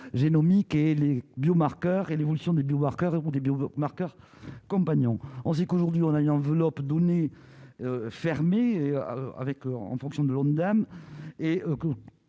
génomiques et les biomarqueurs et l'évolution des Worker des bio-marqueurs compagnon, on sait qu'aujourd'hui on a une enveloppe donnée fermé avec en fonction de l'Ondam et